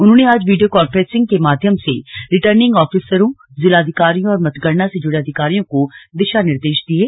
उन्होंने आज video conferencing के माध्यम से रिटर्निंग आफिसरों जिलाधिकारियों और मतगणना से जुड़े अधिकारियों को दिशा निर्देश दिये